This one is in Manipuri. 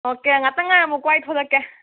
ꯑꯣꯀꯦ ꯉꯍꯥꯛꯇꯪ ꯉꯥꯏꯔꯝꯃꯨꯀꯣ ꯑꯩ ꯊꯣꯛꯂꯛꯀꯦ